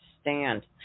stand